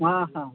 हाँ हाँ